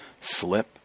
slip